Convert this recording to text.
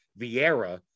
Vieira